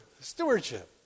Stewardship